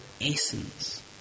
essence